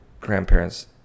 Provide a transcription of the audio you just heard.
grandparents